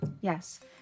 Yes